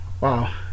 Wow